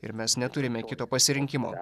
ir mes neturime kito pasirinkimo